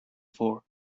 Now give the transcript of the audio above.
for